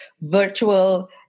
virtual